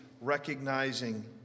recognizing